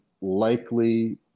likely